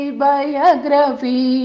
biography